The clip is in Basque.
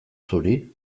zuri